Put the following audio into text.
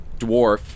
dwarf